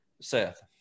Seth